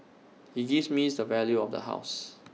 he gives me the value of the house